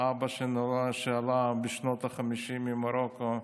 ולאבא שעלה בשנות החמישים ממרוקו.